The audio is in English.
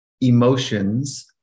Emotions